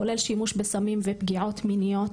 כולל שימוש בסמים ופגיעות מיניות,